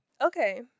okay